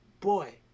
boy